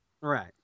right